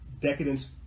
decadence